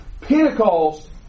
Pentecost